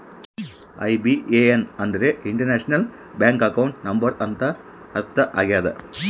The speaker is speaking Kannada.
ಐ.ಬಿ.ಎ.ಎನ್ ಅಂದ್ರೆ ಇಂಟರ್ನ್ಯಾಷನಲ್ ಬ್ಯಾಂಕ್ ಅಕೌಂಟ್ ನಂಬರ್ ಅಂತ ಅರ್ಥ ಆಗ್ಯದ